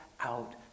out